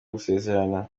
gusezerana